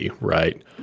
right